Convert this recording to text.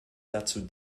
dazu